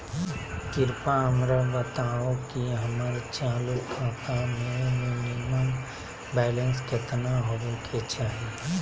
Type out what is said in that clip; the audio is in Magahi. कृपया हमरा बताहो कि हमर चालू खाता मे मिनिमम बैलेंस केतना होबे के चाही